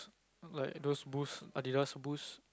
like those boost Adidas boost